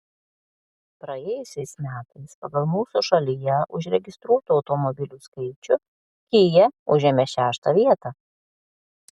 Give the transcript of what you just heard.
praėjusiais metais pagal mūsų šalyje užregistruotų automobilių skaičių kia užėmė šeštą vietą